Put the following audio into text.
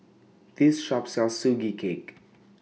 This Shop sells Sugee Cake